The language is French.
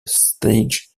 stage